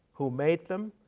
who made them,